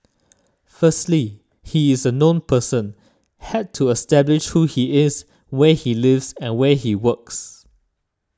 firstly he is a known person had to establish who he is where he lives and where he works